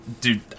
Dude